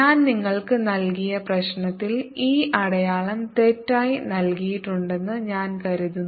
ഞാൻ നിങ്ങൾക്ക് നൽകിയ പ്രശ്നത്തിൽ ഈ അടയാളം തെറ്റായി നൽകിയിട്ടുണ്ടെന്ന് ഞാൻ കരുതുന്നു